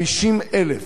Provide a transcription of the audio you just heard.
50,000,